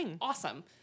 awesome